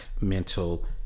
mental